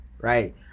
right